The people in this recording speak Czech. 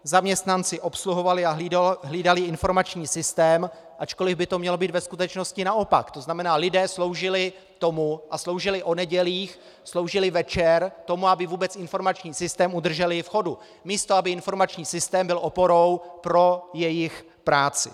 Zaměstnanci obsluhovali a hlídali informační systém, ačkoliv by to mělo být ve skutečnosti naopak, to znamená, lidé sloužili tomu, a sloužili o nedělích, sloužili večer tomu, aby vůbec informační systém udrželi v chodu, místo aby informační systém byl oporou pro jejich práci.